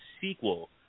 sequel